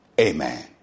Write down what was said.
Amen